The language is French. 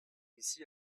ici